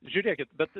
žiūrėkit bet